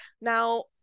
Now